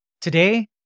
Today